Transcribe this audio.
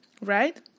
right